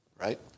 right